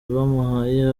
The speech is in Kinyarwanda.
bamuhaye